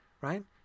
Right